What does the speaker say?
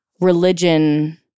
religion